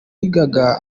yigaga